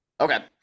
Okay